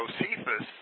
Josephus